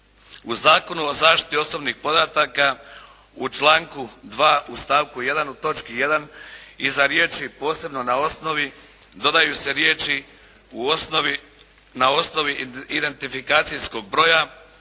U Zakonu o zaštiti osobnih podataka u članku 2. u stavku 1. u točki 1. iza riječi: "posebno na osnovi" dodaju se riječi: "na osnovi identifikacijskog broja